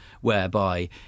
whereby